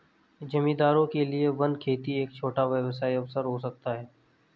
जमींदारों के लिए वन खेती एक छोटा व्यवसाय अवसर हो सकता है